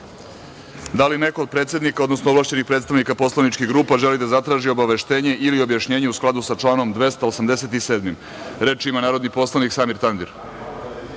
li neko od predsednika, odnosno ovlašćenih predstavnika poslaničkih grupa želi da zatraži obaveštenje ili objašnjenje u skladu sa članom 287. Poslovnika? Reč ima narodni poslanik Samir Tandir.